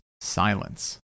silence